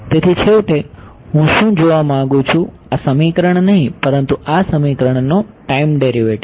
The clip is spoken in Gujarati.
તેથી છેવટે હું શું જોવા માંગુ છું આ સમીકરણ નહીં પરંતુ આ સમીકરણનો ટાઈમ ડેરિવેટિવ